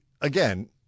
again